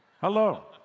Hello